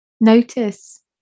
notice